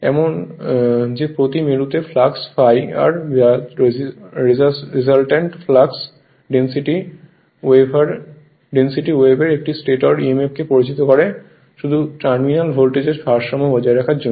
এমন যে প্রতি মেরুতে ফ্লাক্স ∅r যা রেসালট্যান্ট ফ্লাক্স ডেনসিটি ওয়েভের একটি স্টেটর emf কে প্ররোচিত করে শুধু টার্মিনাল ভোল্টেজের ভারসাম্য বজায় রাখার জন্য